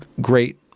great